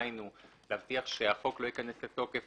דהיינו להבטיח שהחוק לא ייכנס לתוקף